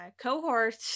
cohort